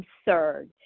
absurd